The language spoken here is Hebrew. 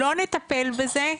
אם לא נטפל בזה,